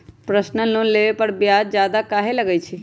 Personal loan लेबे पर ब्याज ज्यादा काहे लागईत है?